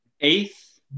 Eighth